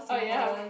oh ya